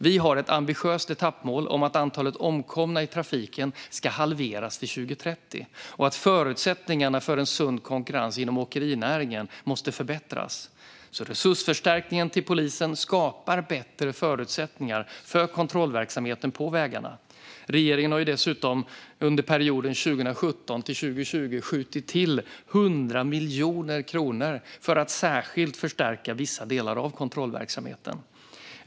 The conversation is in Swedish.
Vi har ett ambitiöst etappmål om att antalet omkomna i trafiken ska halveras till 2030, och förutsättningarna för en sund konkurrens inom åkerinäringen måste förbättras. Resursförstärkningen till polisen skapar bättre förutsättningar för kontrollverksamheten på vägarna. Regeringen har dessutom under perioden 2017-2020 skjutit till 100 miljoner kronor för att särskilt förstärka vissa delar av kontrollverksamheten.